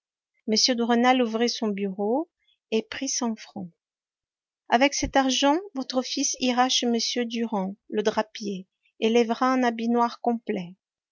de rênal ouvrit son bureau et prit cent francs avec cet argent votre fils ira chez m durand le drapier et lèvera un habit noir complet